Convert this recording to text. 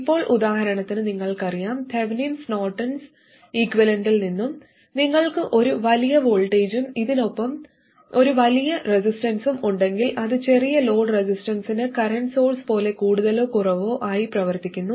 ഇപ്പോൾ ഉദാഹരണത്തിന് നിങ്ങൾക്കറിയാം തെവെനിൻ നോർട്ടൺ ഇക്വിവാലെന്റിൽ നിന്നും നിങ്ങൾക്ക് ഒരു വലിയ വോൾട്ടേജും അതിനൊപ്പം ഒരു വലിയ റെസിസ്റ്റൻസും ഉണ്ടെങ്കിൽ അത് ചെറിയ ലോഡ് റെസിസ്റ്റൻസിന് കറന്റ് സോഴ്സ് പോലെ കൂടുതലോ കുറവോ ആയി പ്രവർത്തിക്കുന്നു